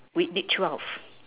we did twelve